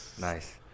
Nice